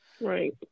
right